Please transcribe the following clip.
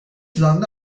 zanlı